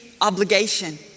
obligation